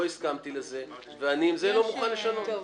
לא הסכמתי לזה ואני לא מוכן לשנות.